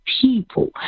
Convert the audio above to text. people